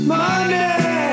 Money